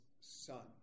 son